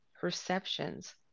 perceptions